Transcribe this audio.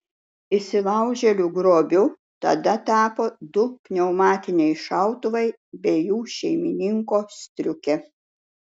įsilaužėlių grobiu tada tapo du pneumatiniai šautuvai bei jų šeimininko striukė